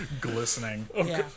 Glistening